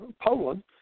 Poland